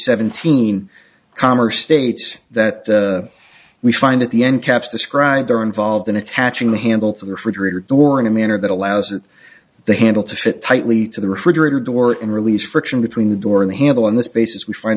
seventeen calmer state that we find at the end caps described or involved in attaching the handle to the refrigerator door in a manner that allows it the handle to fit tightly to the refrigerator door and release friction between the door handle on this basis we find